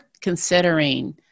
considering